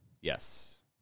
Yes